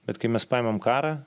bet kai mes paimam karą